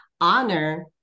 honor